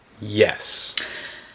Yes